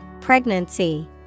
pregnancy